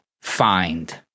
find